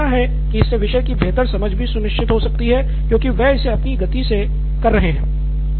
पर मेरा मानना है की इससे विषय की बेहतर समझ भी सुनिश्चित हो सकती है क्योंकि वे इसे अपनी गति से कर रहे हैं